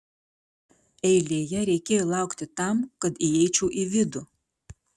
eilėje reikėjo laukti tam kad įeičiau į vidų